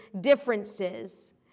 differences